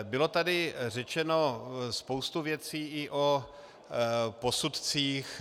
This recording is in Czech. Byla tady řečena spousta věcí o posudcích.